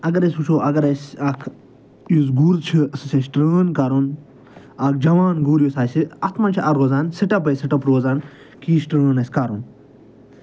اَگر أسۍ وٕچھو اَگر اَسہِ اکھ یُس گُر چھِ سُہ چھِ اَسہِ ٹرٛٲن کَرُن اکھ جَوان گُر یُس آسہِ اَتھ منٛز چھُ روزان سٕٹٮ۪پ بَے سٕٹٮ۪پ روزان کہِ یہِ چھُ ٹرٛٲن اَسہِ کَرُن